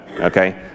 okay